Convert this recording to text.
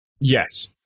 yes